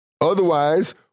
Otherwise